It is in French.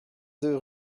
deux